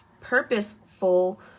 purposeful